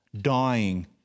dying